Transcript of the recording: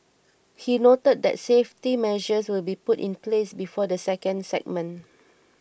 he noted that safety measures will be put in place before the second segment